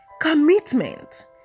commitment